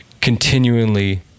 continually